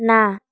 ନା